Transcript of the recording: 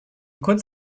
kurz